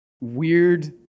Weird